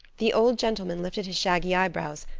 the old gentleman lifted his shaggy eyebrows,